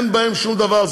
אין בהן שום דבר,